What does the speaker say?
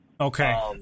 Okay